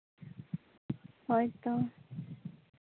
ᱦᱳᱭᱛᱚ